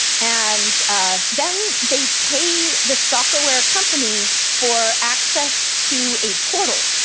and then they pay the stalkerware company for access to a portal,